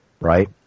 right